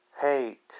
hate